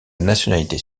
nationalité